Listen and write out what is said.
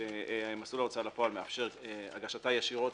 מסלול ההוצאה לפועל מאפשר את הגשתה ישירות